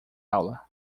aula